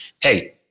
hey